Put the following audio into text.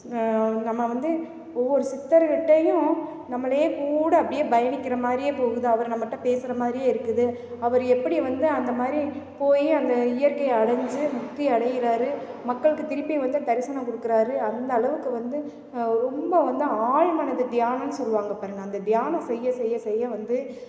நம்ம வந்து ஒவ்வொரு சித்தருக்கிட்டேயும் நம்மளே கூட அப்படியே பயணிக்கின்ற மாதிரியே போகுது அவர் நம்மகிட்ட பேசுகிற மாதிரியே இருக்குது அவர் எப்படி வந்து அந்தமாதிரி போய் அந்த இயற்கையை அடைஞ்சு முக்தி அடைகிறாரு மக்களுக்கு திருப்பி வந்து தரிசனம் கொடுக்குறாரு அந்த அளவுக்கு வந்து ரொம்ப வந்து ஆள்மனது தியானம் சொல்லுவாங்க பாருங்கள் அந்த தியானம் செய்ய செய்ய செய்ய வந்து